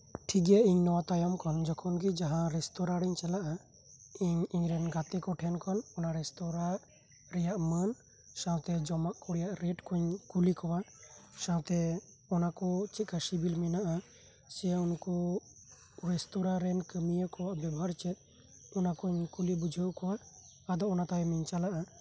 ᱴᱷᱤᱠᱜᱮᱭᱟ ᱤᱧ ᱱᱚᱣᱟ ᱛᱟᱭᱚᱢ ᱠᱷᱚᱱ ᱡᱚᱠᱷᱚᱱᱜᱤ ᱡᱟᱦᱟᱸᱨᱮ ᱨᱮᱥᱛᱚᱨᱟ ᱨᱮᱧ ᱪᱟᱞᱟᱜᱼᱟ ᱤᱧ ᱤᱧᱨᱮᱱ ᱜᱟᱛᱮᱠᱩ ᱴᱷᱮᱱᱠᱷᱚᱱ ᱚᱱᱟ ᱨᱮᱥᱛᱚᱨᱟ ᱨᱮᱭᱟᱜ ᱢᱟᱹᱱ ᱥᱟᱶᱛᱟᱮ ᱡᱚᱢᱟᱜ ᱠᱩᱨᱮᱭᱟᱜ ᱨᱮᱴ ᱠᱩᱧ ᱠᱩᱞᱤᱠᱚᱣᱟ ᱥᱟᱶᱛᱮ ᱚᱱᱟᱠᱩ ᱪᱮᱫᱞᱮᱠᱟ ᱥᱤᱵᱤᱞ ᱢᱮᱱᱟᱜᱼᱟ ᱥᱮ ᱩᱱᱠᱩ ᱨᱮᱥᱛᱚᱨᱟᱨᱮᱱ ᱠᱟᱹᱢᱤᱭᱟᱹ ᱠᱚᱣᱟᱜ ᱵᱮᱵᱚᱦᱟᱨ ᱪᱮᱫ ᱚᱱᱟᱠᱩᱧ ᱠᱩᱞᱤ ᱵᱩᱡᱷᱟᱹᱣ ᱠᱚᱣᱟ ᱟᱫᱚ ᱚᱱᱟ ᱛᱟᱭᱚᱢᱤᱧ ᱪᱟᱞᱟᱜᱼᱟ